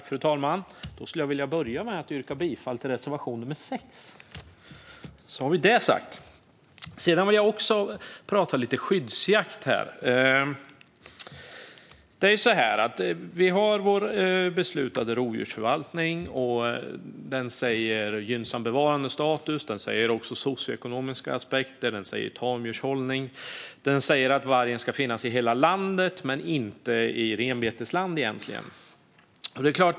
Fru talman! Jag skulle vilja börja med att yrka bifall till reservation nr 6. Jag vill också prata lite om skyddsjakt. Vi har vår beslutade rovdjursförvaltning. Den säger gynnsam bevarandestatus, socioekonomiska aspekter, tamdjurshållning och att vargen ska finnas i hela landet, men inte i renbetesland.